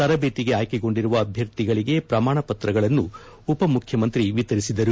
ತರಬೇತಿಗೆ ಆಯ್ಕೆಗೊಂಡಿರುವ ಅಭ್ಯರ್ಥಿಗಳಿಗೆ ಪ್ರಮಾಣ ಪತ್ರಗಳನ್ನು ಉಪ ಮುಖ್ಯಮಂತ್ರಿ ವಿತರಿಸಿದರು